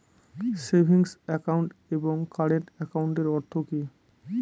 Savings account এবং current একাউন্টের অর্থ কি?